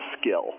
skill